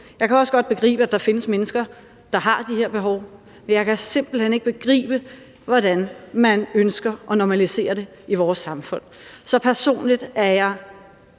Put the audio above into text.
Jeg kan også godt begribe, at der findes mennesker, der har de har behov, men jeg kan simpelt hen ikke begribe, hvordan man kan ønske at normalisere det i vores samfund. Så personligt er jeg